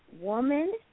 Woman